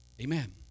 amen